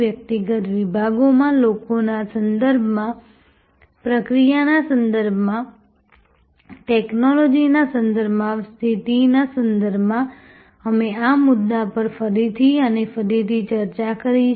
વ્યક્તિગત વિભાગોમાં લોકોના સંદર્ભમાં પ્રક્રિયાના સંદર્ભમાં ટેક્નોલોજીના સંદર્ભમાં સ્થિતિના સંદર્ભમાં અમે આ મુદ્દા પર ફરીથી અને ફરીથી ચર્ચા કરી છે